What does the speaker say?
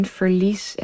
verlies